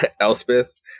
Elspeth